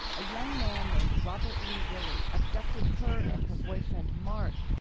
a young man named robert lee willie abducted her and her boyfriend, mark,